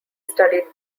studied